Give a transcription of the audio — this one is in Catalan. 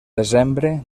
desembre